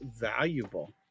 valuable